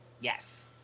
Yes